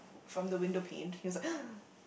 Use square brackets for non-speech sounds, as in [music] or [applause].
from the window panes he was like [noise]